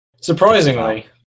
Surprisingly